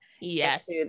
Yes